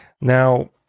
Now